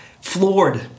floored